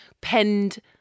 penned